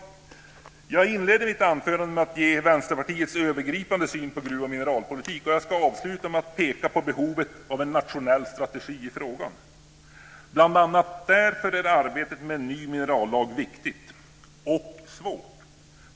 Jag inledde mitt anförande med att ge Vänsterpartiets övergripande syn på gruv och mineralpolitik. Jag ska avsluta med att peka på behovet av en nationell strategi i frågan. Bl.a. därför är arbetet med en ny minerallag viktigt och svårt.